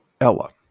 Ella